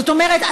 זאת אומרת,